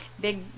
big